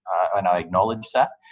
and i acknowledge that,